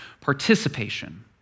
participation